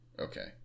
Okay